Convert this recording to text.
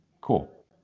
cool